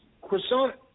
croissant